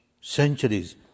centuries